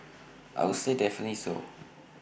I would say definitely so